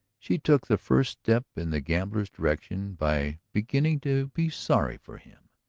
she took the first step in the gambler's direction by beginning to be sorry for him.